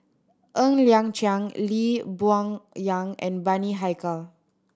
Ng Liang Chiang Lee Boon Yang and Bani Haykal